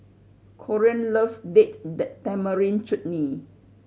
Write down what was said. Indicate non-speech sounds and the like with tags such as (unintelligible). Corean loves Date (unintelligible) Tamarind Chutney